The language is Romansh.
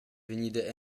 vegnida